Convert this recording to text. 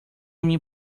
minha